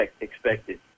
expected